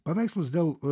paveikslus dėl